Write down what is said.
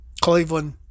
Cleveland